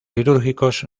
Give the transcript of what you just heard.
litúrgicos